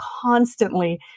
constantly